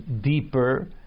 deeper